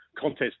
contest